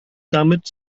damit